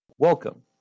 Welcome